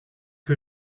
que